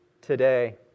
today